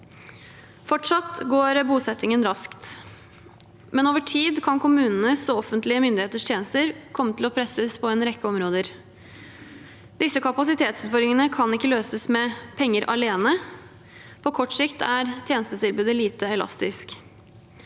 Fortsatt går bosettingen raskt, men over tid kan kommunenes og offentlige myndigheters tjenester komme til å presses på en rekke områder. Disse kapasitetsutfordringene kan ikke løses med penger alene. På kort sikt er tjenestetilbudet lite elastisk.